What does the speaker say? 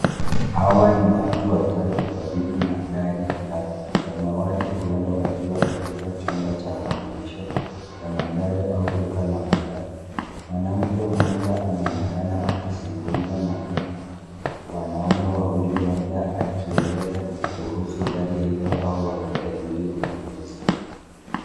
Hawa ni watu watatu karibu na gari la samawati, huenda wakiwa katika chumba cha maonyesho ya magari au duka la magari. Mwanamke mmoja anaonekana akizungumza na wanaume wawili, labda akieleza kuhusu gari hilo au wakijadili ununuzi.